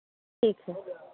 ठीक है